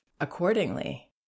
accordingly